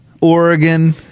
Oregon